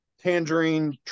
tangerine